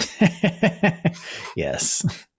Yes